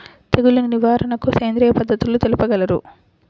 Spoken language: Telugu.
తెగులు నివారణకు సేంద్రియ పద్ధతులు తెలుపగలరు?